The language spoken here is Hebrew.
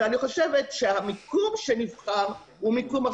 אני חושבת שהמיקום שנבחר הוא מיקום.